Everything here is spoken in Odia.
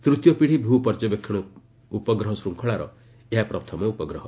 ତୃତୀୟ ପିଢ଼ି ଭୂ ପର୍ଯ୍ୟବେକ୍ଷଣ ଉପଗ୍ରହ ଶ୍ଚଙ୍ଖଳାର ଏହା ପ୍ରଥମ ଉପଗ୍ରହ